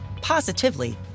positively